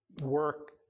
Work